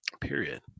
Period